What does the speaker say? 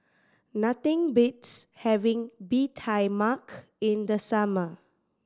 nothing beats having Bee Tai Mak in the summer